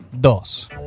dos